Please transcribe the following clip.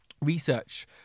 research